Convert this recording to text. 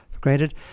granted